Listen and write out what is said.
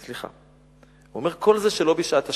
הוא אומר: כל זה שלא בשעת השמד.